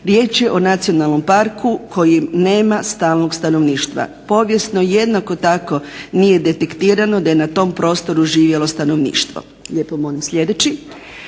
Riječ je o nacionalnom parku koji nema stalnog stanovništva. Povijesno jednako tako nije detektirano da je na tom prostoru živjelo stanovništvo. Sada osnov kada